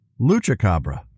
luchacabra